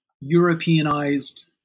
Europeanized